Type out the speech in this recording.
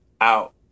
out